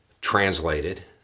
translated